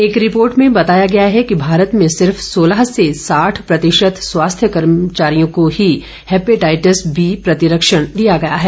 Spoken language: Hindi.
एक रिपोर्ट में बताया गया है कि भारत में सिर्फ सोलह से साठ प्रतिशत स्वास्थ्य कर्मियों को ही हेपेटाइटिस बी प्रतिरक्षण दिया गया है